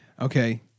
Okay